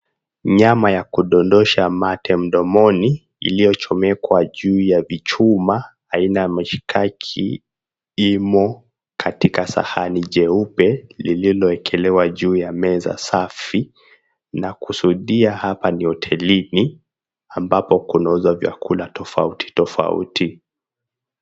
Nyama ya kudondosha mate mdomoni, iliyochomekwa juu ya vichuma aina ya mishikaki imo katika sahani jeupe lililoekelewa juu ya meza safi. Nakusudia hapo hotelini, ambapo kunauzwa vyakula tofauti tofauti.